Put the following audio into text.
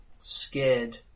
scared